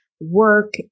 work